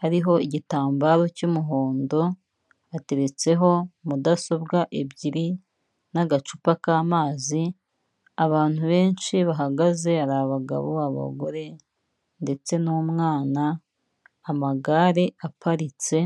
hariho igitambaro cy'umuhondo ateretseho mudasobwa ebyiri n'agacupa k'amazi abantu benshi bahagaze ari abagabo, abagore ndetse n'umwana amagare aparitse.